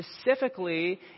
Specifically